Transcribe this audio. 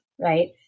right